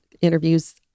interviews